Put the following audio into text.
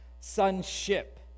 sonship